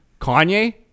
Kanye